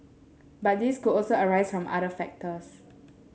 but these could also arise from other factors